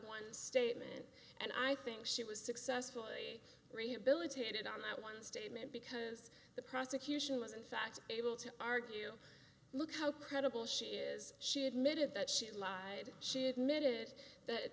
one statement and i think she was successfully rehabilitated on that one statement because the prosecution was in fact able to argue look how credible she is she admitted that she lied she admitted that